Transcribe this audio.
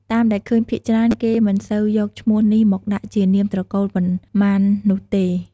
តាមដែលឃើញភាគច្រើនគេមិនសូវយកឈ្មោះនេះមកដាក់ជានាមត្រកូលប៉ុន្មាននោះទេ។